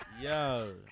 Yo